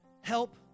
help